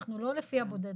אנחנו לא לפי הבודד,